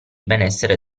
benessere